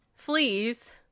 fleas